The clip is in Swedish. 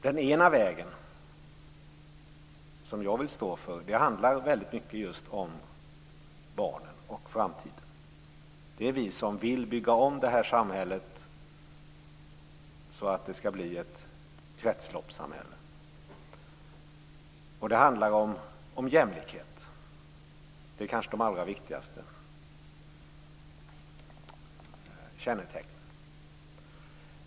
Den ena vägen, som jag vill stå för, handlar väldigt mycket om just barnen och framtiden. Vi som står för den vägen vill bygga om det här samhället så att det blir ett kretsloppssamhälle. Det handlar också om jämlikhet. Det här är kanske de allra viktigaste kännetecknen.